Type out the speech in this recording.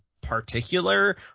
particular